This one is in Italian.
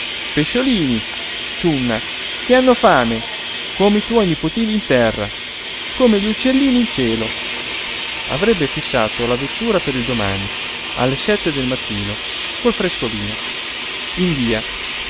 ciunna che hanno fame come i tuoi nipotini in terra come gli uccellini in cielo avrebbe fissato la vettura per il domani alle sette del mattino col frescolino in via